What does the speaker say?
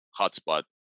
hotspot